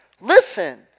Listen